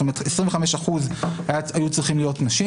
זאת אומרת, 25% היו צריכות להיות נשים.